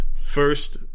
first